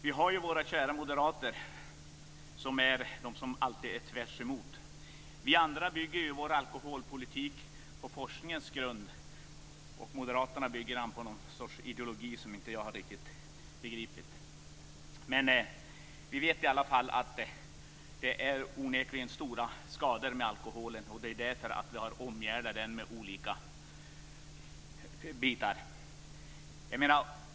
Vi har ju våra kära moderater, som alltid är tvärtemot. Vi andra bygger ju vår alkoholpolitik på forskningen, och Moderaterna bygger sin på någon ideologi som jag inte riktigt har begripit. Men vi vet i alla fall att alkoholen medför stora skador, och det är därför vi har omgärdat den med olika åtgärder.